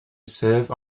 serve